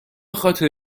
خاطر